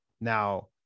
Now